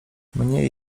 mniej